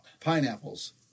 Pineapples